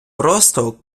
просто